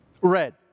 Red